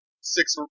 six